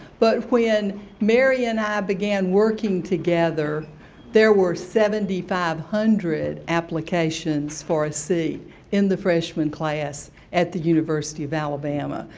but when mary and i began working together there were seven thousand five hundred applications for a seat in the freshman class at the university of alabama.